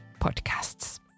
podcasts